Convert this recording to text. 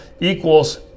equals